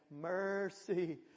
mercy